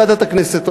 ועדת הכנסת,